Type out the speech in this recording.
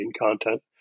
content